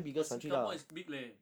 but singapore is big leh